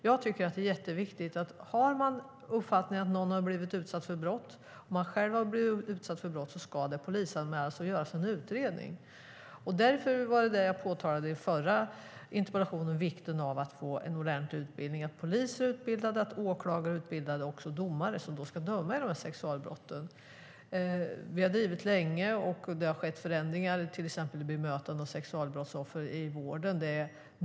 Jag tycker att det är jätteviktigt att om man har uppfattningen att någon har blivit utsatt för brott eller om man själv har blivit utsatt för brott, då ska det polisanmälas och göras en utredning. I förra interpellationsdebatten påtalade jag vikten av att få en ordentlig utbildning, att poliser, åklagare och också domare som ska döma i dessa sexualbrott är utbildade. Vi har drivit de här frågorna länge, och det har skett förändringar, till exempel i bemötandet av sexualbrottsoffer i vården.